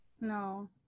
No